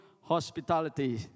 hospitality